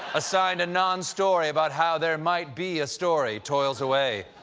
assigned a non-story about how there might be a story, toils away,